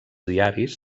diaris